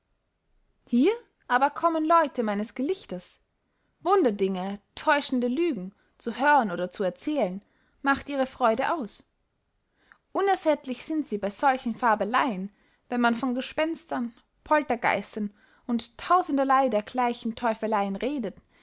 hier aber kommen leute meines gelichters wunderdinge teuschende lügen zu hören oder zu erzählen macht ihre freude aus unersättlich sind sie bei solchen fabeleyen wenn man von gespenstern poltergeistern und tausenderley dergleichen teufeleyen redet